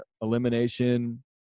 elimination